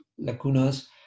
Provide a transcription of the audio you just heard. lacunas